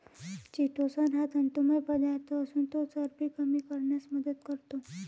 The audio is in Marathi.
चिटोसन हा तंतुमय पदार्थ असून तो चरबी कमी करण्यास मदत करतो